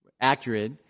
accurate